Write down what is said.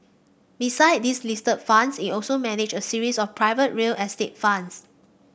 besides these listed funds it also manages a series of private real estate funds